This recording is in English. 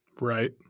right